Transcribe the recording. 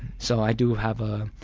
so i do have a,